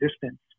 distance